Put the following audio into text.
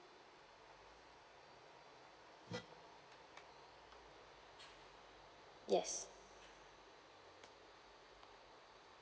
yes